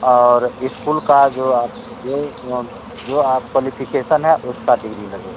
और स्कूल का जो आप जो जो क्वालिफिकेसन है उसका डिग्री लगेगा